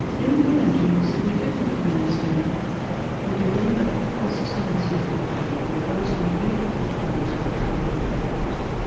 implementing the significant advance standard would eliminate the costs and uncertainty imposed on innovative firms by trivial patents.